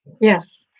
yes